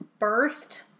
birthed